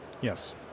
Yes